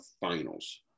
finals